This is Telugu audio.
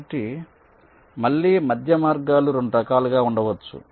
కాబట్టి మళ్ళీ మధ్య మార్గాలు 2 రకాలుగా ఉండవచ్చు